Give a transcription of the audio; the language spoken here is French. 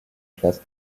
classe